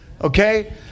Okay